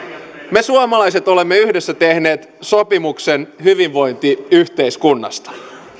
me suomalaiset olemme yhdessä tehneet sopimuksen hyvinvointiyhteiskunnasta